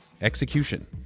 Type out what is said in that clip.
Execution